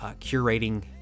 curating